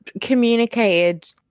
communicated